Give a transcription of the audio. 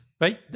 right